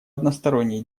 односторонние